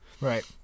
Right